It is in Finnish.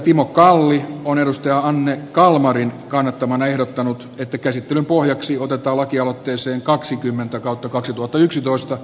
timo kalli on anne kalmarin kannattamana ehdottanut että käsittelyn pohjaksi otetaan lakialoitteeseen kaksikymmentä kautta kaksituhattayksitoista